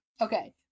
okay